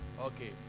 Okay